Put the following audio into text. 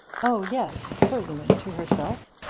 oh yes, certainly to herself.